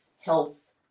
health